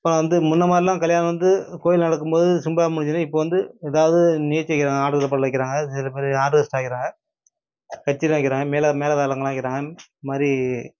இப்போ வந்து முன்னே மாதிரிலாம் கல்யாணம் வந்து கோயில் நடக்கும்போது சிம்பிளாக முடிஞ்சிடும் இப்போது வந்து ஏதாவது வைக்கிறாங்க ஆடல் பாடல் வைக்கிறாங்க சில பேர் ஆர்க்கெஸ்ட்டா வைக்கிறாங்க கச்சேரிலாம் வைக்கிறாங்க மேள மேள தாளங்கள்லாம் வைக்கிறாங்க அந் மாதிரி